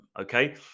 okay